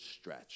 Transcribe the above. stretch